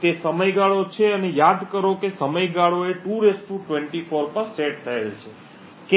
તે સમયગાળો છે અને યાદ કરો કે સમયગાળો 2 24 પર સેટ થયેલ છે